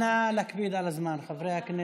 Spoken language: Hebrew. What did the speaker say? אנא להקפיד על הזמן, חברי הכנסת.